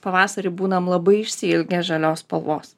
pavasarį būnam labai išsiilgę žalios spalvos